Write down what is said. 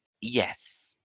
Yes